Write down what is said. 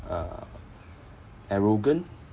uh arrogant